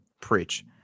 preach